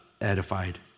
edified